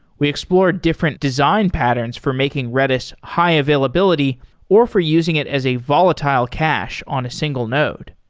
we explored different design patterns for making redis high availability or for using it as a volatile cache on a single node,